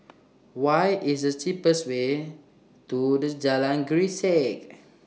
What IS The cheapest Way to This Jalan Grisek